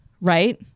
Right